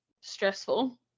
Stressful